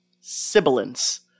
sibilance